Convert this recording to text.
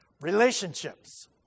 Relationships